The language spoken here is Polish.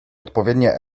odpowiednie